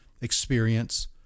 experience